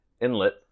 inlet